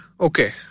Okay